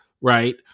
right